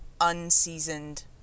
unseasoned